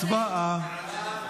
הצבעה.